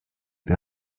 der